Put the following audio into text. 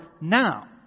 now